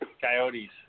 Coyotes